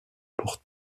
portes